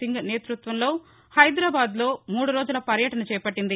సింగ్ నేతృత్వంలో హైదరాబాద్ లో మూడు రోజుల పర్యటన చేపట్లింది